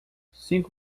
cinco